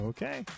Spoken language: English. Okay